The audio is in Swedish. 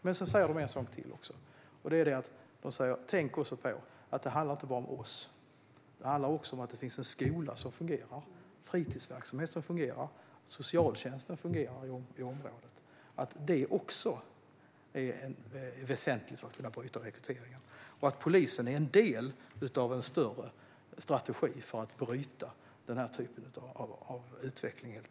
De säger en sak till, nämligen att det inte bara handlar om polisen utan att det också handlar om att det finns en skola som fungerar, en fritidsverksamhet som fungerar och en socialtjänst som fungerar i området. Detta är också väsentligt för att kunna bryta rekryteringen. Polisen är helt enkelt en del av en större strategi för att bryta denna typ av utveckling.